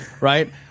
right